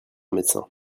médecin